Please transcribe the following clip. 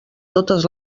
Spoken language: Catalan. totes